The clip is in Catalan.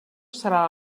serà